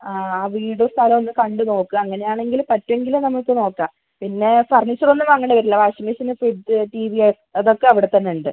ആ ആ ആ വീടും സ്ഥലവും ഒന്ന് കണ്ട് നോക്ക് അങ്ങനെയാണെങ്കിൽ പറ്റുവെങ്കിൽ നമുക്ക് നോക്കാം പിന്നെ ഫർണിച്ചർ ഒന്നും വാങ്ങേണ്ടി വരില്ല washing machine fridge T V അതൊക്കെ അവിടെ തന്നെ ഉണ്ട്